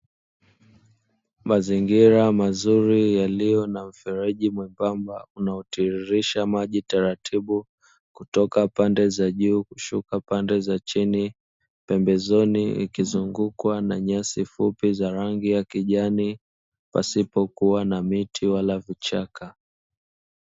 Mazingira mazuri yaliyo na mfereji mwembamba unaotiririsha maji taratibu kutoka pande za juu kushuka pande za chini, pembezoni ikizungukwa na nyasi fupi za rangi ya kijani pasipokuwa na miti wala vichaka,